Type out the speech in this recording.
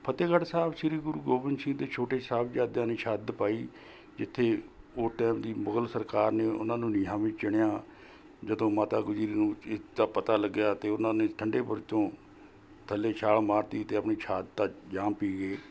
ਫਤਿਹਗੜ੍ਹ ਸਾਬ ਸ਼੍ਰੀ ਗੁਰੂ ਗੋਬਿੰਦ ਸਿੰਘ ਦੇ ਛੋਟੇ ਸਾਹਿਬਜ਼ਾਦਿਆਂ ਦੀ ਸ਼ਹਾਦਤ ਪਾਈ ਜਿੱਥੇ ਉਹ ਟਾਈਮ ਦੀ ਮੁਗਲ ਸਰਕਾਰ ਨੇ ਉਹਨਾਂ ਨੂੰ ਨੀਹਾਂ ਵਿੱਚ ਚਿਣਿਆ ਜਦੋਂ ਮਾਤਾ ਗੁਜਰੀ ਨੂੰ ਇਸਦਾ ਪਤਾ ਲੱਗਿਆ ਅਤੇ ਉਹਨਾਂ ਨੇ ਠੰਡੇ ਬੁਰਜ ਤੋਂ ਥੱਲੇ ਛਾਲ ਮਾਰ ਤੀ ਅਤੇ ਆਪਣੀ ਸ਼ਹਾਦਤ ਦਾ ਜਾਮ ਪੀ ਗਏ